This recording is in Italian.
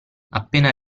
appena